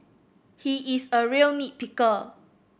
he is a real nit picker